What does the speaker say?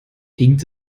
hinkt